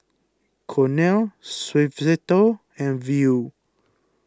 Cornell Suavecito and Viu